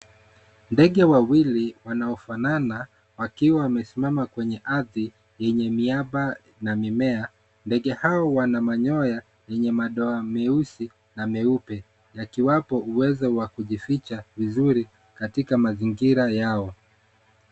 Ndege wawili wanaofanana wakiwa wamesimama kwenye ardhi yenye miamba na mimea. Ndege hao wana manyoya yenye madoa meusi na meupe yakiwapo uwezo wa kujificha vizuri katika mazingira yao.